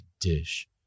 dish